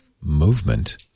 Movement